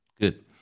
Good